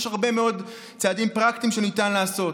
יש הרבה מאוד צעדים פרקטיים שניתן לעשות.